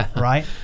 right